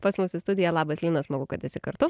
pas mus į studiją labas lina smagu kad esi kartu